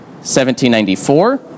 1794